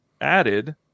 added